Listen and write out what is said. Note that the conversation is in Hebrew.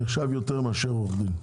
נחשב יותר מאשר עורך דין,